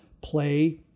play